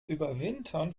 überwintern